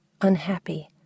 unhappy